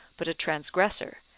but a transgressor,